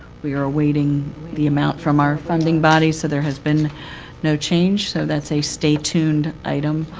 we are awaiting the amount from our funding bodies. so there has been no change. so that's a stay tuned item.